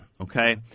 okay